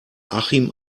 achim